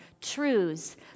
truths